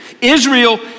Israel